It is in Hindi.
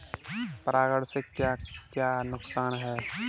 परागण से क्या क्या नुकसान हैं?